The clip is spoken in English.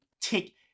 take